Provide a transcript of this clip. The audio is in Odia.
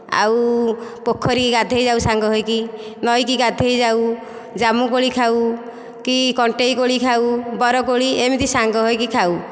ଆଉ ପୋଖରୀ ଗାଧୋଇ ଯାଉ ସାଙ୍ଗ ହୋଇକି ନଈକୁ ଗାଧୋଇ ଯାଉ ଜାମୁକୋଳି ଖାଉ କି କଣ୍ଟେଇକୋଳି ଖାଉ ବରକୋଳି ଏମିତି ସାଙ୍ଗ ହୋଇକି ଖାଉ